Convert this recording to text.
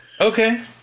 okay